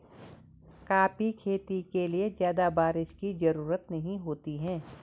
coffee खेती के लिए ज्यादा बाऱिश की जरूरत नहीं होती है